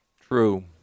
true